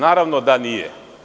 Naravno da nije.